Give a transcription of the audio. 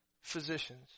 physicians